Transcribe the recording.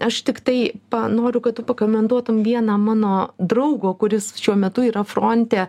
aš tiktai pa noriu kad tu pakomentuotum vieną mano draugo kuris šiuo metu yra fronte